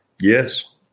Yes